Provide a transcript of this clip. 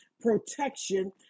protection